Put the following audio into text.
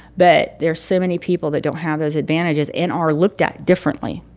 but there's so many people that don't have those advantages and are looked at differently.